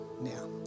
now